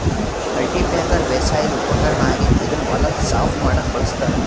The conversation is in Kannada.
ಕಲ್ಟಿಪ್ಯಾಕರ್ ಬೇಸಾಯದ್ ಉಪಕರ್ಣ್ ಆಗಿದ್ದ್ ಇದನ್ನ್ ಹೊಲ ಸಾಫ್ ಮಾಡಕ್ಕ್ ಬಳಸ್ತಾರ್